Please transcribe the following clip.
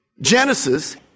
Genesis